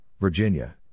Virginia